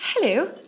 Hello